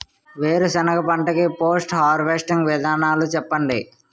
వేరుసెనగ పంట కి పోస్ట్ హార్వెస్టింగ్ విధానాలు చెప్పండీ?